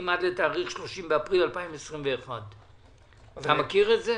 עד לתאריך 30 באפריל 2021. אתה מכיר את זה?